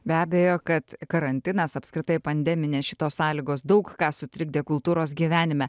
be abejo kad karantinas apskritai pandeminės šitos sąlygos daug ką sutrikdė kultūros gyvenime